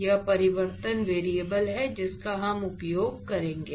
यह परिवर्तन वेरिएबल है जिसका हम उपयोग करेंगे